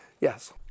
yes